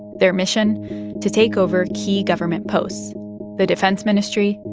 their mission to takeover key government posts the defense ministry,